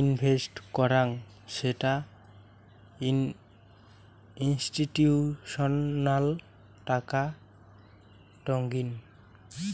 invest করং সেটা institutional টাকা টঙ্নি